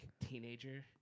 teenager